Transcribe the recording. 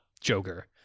Joker